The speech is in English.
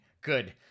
good